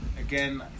again